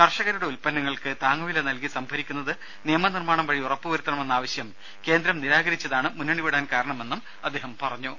കർഷകരുടെ ഉൽപ്പന്നങ്ങൾക്ക് താങ്ങുവില നൽകി സംഭരിക്കുന്നത് നിയമനിർമ്മാണം വഴി ഉറപ്പു വരുത്തണമെന്ന ആവശ്യം കേന്ദ്രം നിരാകരിച്ചതാണ് മുന്നണി വിടാൻ കാരണമെന്നും അദ്ദേഹം അറിയിച്ചു